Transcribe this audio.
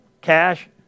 Cash